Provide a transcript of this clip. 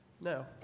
No